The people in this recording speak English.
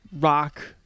rock